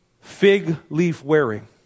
fig-leaf-wearing